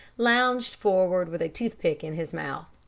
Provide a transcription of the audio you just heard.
lounged forward with a toothpick in his mouth.